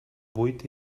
vuit